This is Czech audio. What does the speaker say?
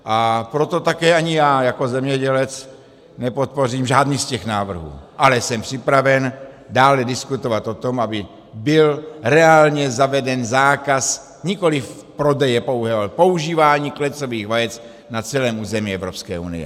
A proto také ani já jako zemědělec nepodpořím žádný z těch návrhů, ale jsem připraven dále diskutovat o tom, aby byl reálně zaveden zákaz nikoli pouhého prodeje, ale používání klecových vajec na celém území Evropské unie.